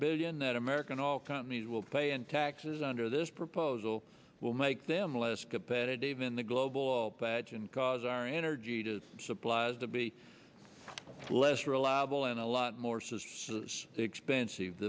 billions that american all companies will pay in taxes under this proposal will make them less competitive in the global oil patch and cause our energy to supplies to be less reliable and a lot more says is expensive